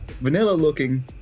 vanilla-looking